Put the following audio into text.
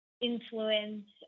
influence